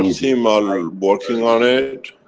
team are working on it